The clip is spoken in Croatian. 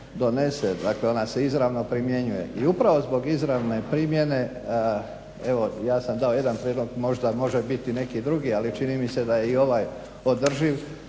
donese. Dakle, ona se izravno primjenjuje. I upravo zbog izravne primjene evo ja sam dao jedan prijedlog. Možda može biti neki drugi, ali čini mi se da je i ovaj održiv,